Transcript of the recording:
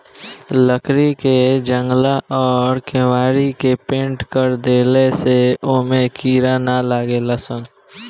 लकड़ी के जंगला अउरी केवाड़ी के पेंनट कर देला से ओमे कीड़ा ना लागेलसन